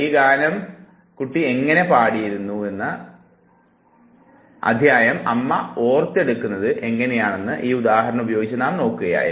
ഈ ഗാനം കുട്ടി എങ്ങനെ പാടിയിരുന്നു എന്ന അദ്ധ്യായം അമ്മ ഓർത്തെടുക്കുന്നത് എങ്ങനെയാണെന്ന് ഈ ഉദാഹരണം ഉപയോഗിച്ചു നാം നോക്കുകയായിരുന്നു